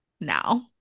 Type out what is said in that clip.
now